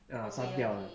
ah something like that